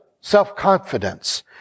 self-confidence